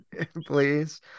please